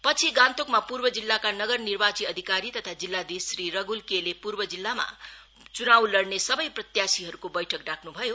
पछि गान्तोकमा पूर्व जिल्लाका नगर निर्वाची अधिकारी तथा जिल्लाधीश श्री रध्ल केले पूर्व जिल्लामा चुनाव लड़ने सबै प्रत्याशीहरूको बैठक डाक्न् भयो